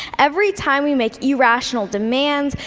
every time we make irrational demands,